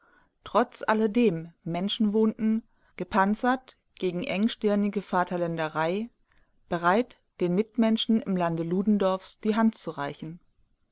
trotz alledem menschen wohnten gepanzert gegen engstirnige vaterländerei bereit den mitmenschen im lande ludendorffs die hand zu reichen